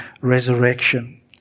resurrection